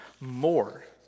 more